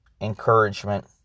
encouragement